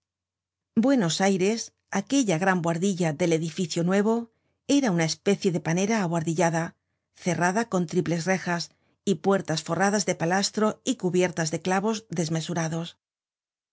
dormitorios buenos aires aquella gran buhardilla del edificio nuevo era una especie de panera abuhardillada cerrada con triples rejas y puertas forradas de palastro y cubiertas de clavos desmesurados